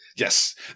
Yes